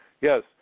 Yes